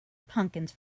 pumpkins